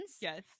Yes